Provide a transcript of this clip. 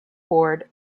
board